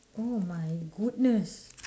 oh my goodness